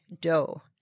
dough